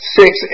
six